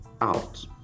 out